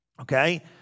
Okay